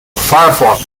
firefox